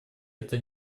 это